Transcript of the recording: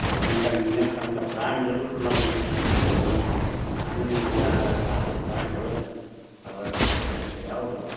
ಅದ್ರಂಥ ನೀಯತ್ತಂಥ ಪ್ರಾಣಿ ಇರುವುದಿಲ್ಲ ಮರ ನಮ್ಮ ನಾಯಿ ನಾಯಿಯಂಥ ಸಾಕು ಪ್ರಾಣಿ ಒಳಗೆ ಅದರಂಥ ಬ್ರಿಲಿಯಂಟ್ ಯಾವುದು ಅಲ್ಲ